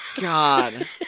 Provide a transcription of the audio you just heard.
God